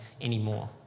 anymore